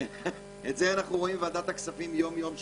את זה אנחנו רואים בוועדת הכספים יום-יום,